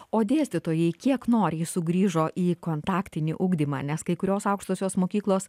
o dėstytojai kiek nori jie sugrįžo į kontaktinį ugdymą nes kai kurios aukštosios mokyklos